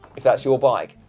if that's your bike,